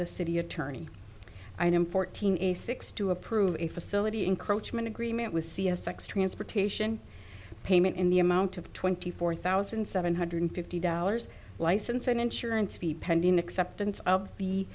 the city attorney and fourteen a six to approve a facility encroachments agreement with c s six transportation payment in the amount of twenty four thousand seven hundred fifty dollars license and insurance fee pending acceptance of the